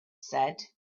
said